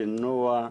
שינוע,